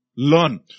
Learn